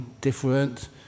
different